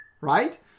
right